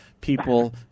People